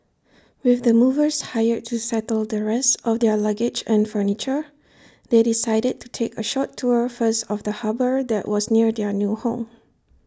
with the movers hired to settle the rest of their luggage and furniture they decided to take A short tour first of the harbour that was near their new home